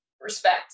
respect